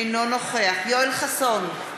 אינו נוכח יואל חסון,